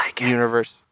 universe